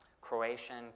Croatian